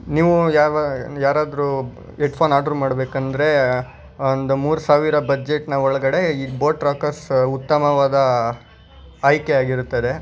ನೀವು ಯಾವ ಯಾರಾದರೂ ಎಡ್ಫೋನ್ ಆಡ್ರು ಮಾಡ್ಬೇಕೆಂದ್ರೆ ಒಂದು ಮೂರು ಸಾವಿರ ಬಜ್ಜೆಟ್ನ ಒಳಗಡೆ ಈ ಬೋಟ್ ರಾಕರ್ಸ ಉತ್ತಮವಾದ ಆಯ್ಕೆಯಾಗಿರುತ್ತದೆ